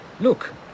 Look